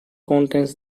contains